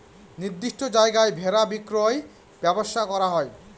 নির্দিষ্ট জায়গায় ভেড়া বিক্রির ব্যবসা করা হয়